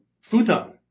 futon